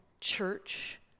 church